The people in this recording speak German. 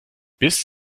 bis